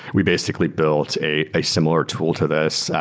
we basically built a a similar tool to this.